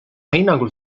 hinnangul